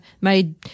made